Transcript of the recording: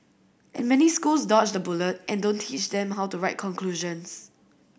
and many schools dodge the bullet and don't teach them how to write conclusions